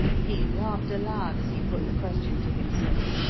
he laughed aloud as he put the question to himself.